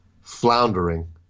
floundering